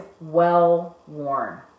well-worn